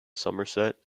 somerset